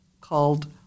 called